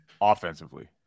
offensively